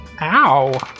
Ow